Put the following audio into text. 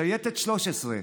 שייטת 13,